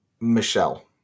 Michelle